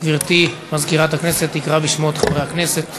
גברתי מזכירת הכנסת תקרא בשמות חברי הכנסת.